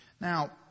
Now